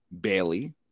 Bailey